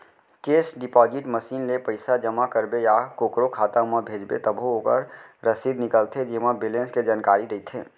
cash deposit machine ले पइसा जमा करबे या कोकरो खाता म भेजबे तभो ओकर रसीद निकलथे जेमा बेलेंस के जानकारी रइथे